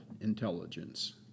Intelligence